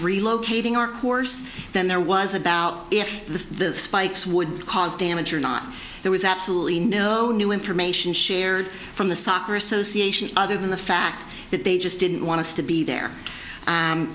relocating our course then there was about if the spikes would cause damage or not there was absolutely no new information shared from the soccer association other than the fact that they just didn't want to be there